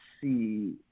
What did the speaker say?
see